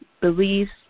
beliefs